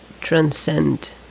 transcend